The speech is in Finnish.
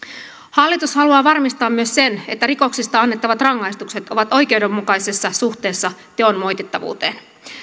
hallitus haluaa varmistaa myös sen että rikoksista annettavat rangaistukset ovat oikeudenmukaisessa suhteessa teon moitittavuuteen